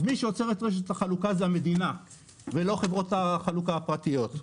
אז מי שעוצר את רשת החלוקה זו המדינה ולא חברות החלוקה הפרטיות.